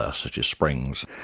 ah such as springs,